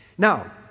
Now